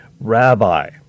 Rabbi